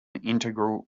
integral